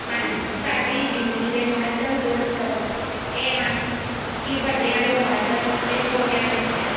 ਹਾਂਜੀ ਸਾਡੀ ਜ਼ਿੰਦਗੀ ਦੇ ਮਹੱਤਵਪੂਰਨ ਸਬਕ ਇਹ ਹਨ ਕਿ ਵੱਡਿਆ ਨੂੰ ਆਦਰ ਅਤੇ ਛੋਟਿਆਂ ਨੂੰ ਪਿਆਰ